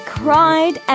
cried